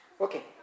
Okay